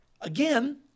again